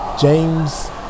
James